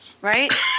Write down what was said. right